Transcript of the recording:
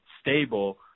stable